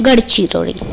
Gadchiroli